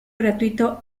gratuito